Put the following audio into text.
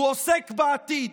הוא עוסק בעתיד,